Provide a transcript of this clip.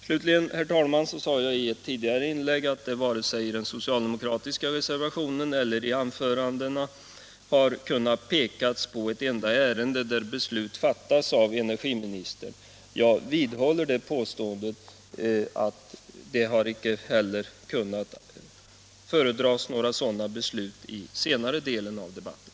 Slutligen, herr talman, sade jag i mitt tidigare inlägg att man varken i den socialdemokratiska reservationen eller i anförandena har kunnat peka på ett enda ärende där beslut otillbörligt har fattats av energiministern. Jag vidhåller det påståendet också när det gäller denna senare del av debatten.